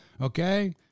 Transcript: okay